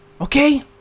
Okay